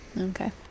Okay